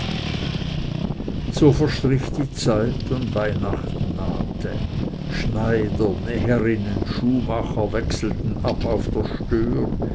so verstrich die zeit und weihnachten nahte schneider näherinnen schuhmacher wechselten ab auf der stör